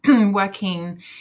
working